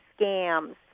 scams